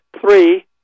Three